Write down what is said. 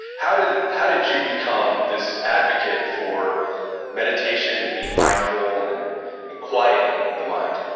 how did how did you become this advocate for meditation, and being mindful, and and quieting the mind?